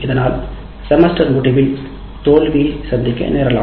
இதனால் செமஸ்டர் முடிவில் தோல்வியை சந்திக்க நேரலாம்